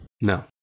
No